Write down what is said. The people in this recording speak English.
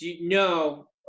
no